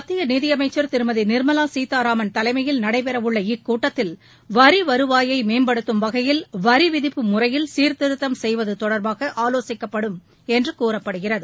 மத்திய நிதியமைச்சர் திருமதி நிர்மவா சீதாராமன் தலைமையில் நடைபெறவுள்ள இக்கூட்டத்தில் வரி வருவாயை மேற்படுத்தும் வகையில் வரிவிதிப்பு முறையில் கீர்திருத்தம் செய்வது தொடர்பாக ஆலோசிக்கப்படும் என்று கூறப்படுகிறது